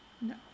No